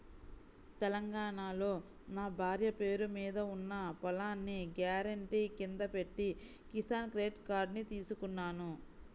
తెలంగాణాలో నా భార్య పేరు మీద ఉన్న పొలాన్ని గ్యారెంటీ కింద పెట్టి కిసాన్ క్రెడిట్ కార్డుని తీసుకున్నాను